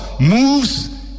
moves